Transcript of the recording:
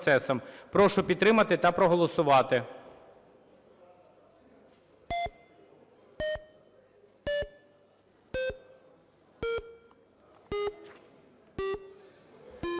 Прошу підтримати та проголосувати.